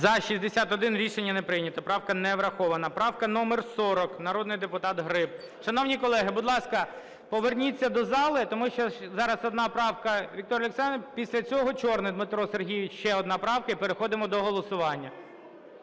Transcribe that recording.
За-61 Рішення не прийнято. Правка не врахована. Правка номер 40, народний депутат Гриб. Шановні колеги, будь ласка, поверніться до залу, тому що зараз одна правка Вікторії Олександрівни, після цього Чорний Дмитро Сергійович, ще одна правка, і переходимо до голосування.